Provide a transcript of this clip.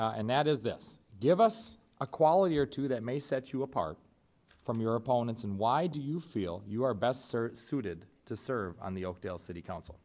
and that is this give us a quality or two that may set you apart from your opponents and why do you feel you are best served suited to serve on the oakdale city council